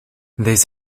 this